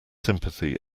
sympathy